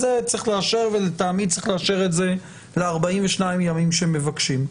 את התקנה הזאת נאשר ולטעמי צריך לאשר אותה ל-42 ימים אותם מבקשים.